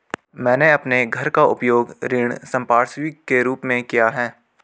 मैंने अपने घर का उपयोग ऋण संपार्श्विक के रूप में किया है